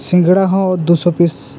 ᱥᱤᱝᱜᱟᱲᱟ ᱦᱚᱸ ᱫᱩ ᱥᱚ ᱯᱤᱥ